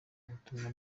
ubutumwa